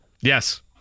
Yes